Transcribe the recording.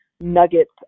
nuggets